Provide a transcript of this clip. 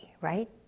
Right